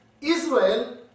Israel